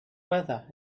weather